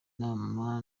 nama